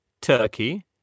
Turkey